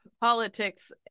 politics